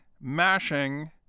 mashing